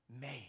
made